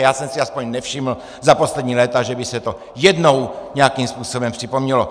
Já jsem si aspoň nevšiml za poslední léta, že by se to jednou nějakým způsobem připomnělo.